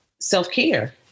self-care